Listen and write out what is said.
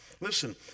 Listen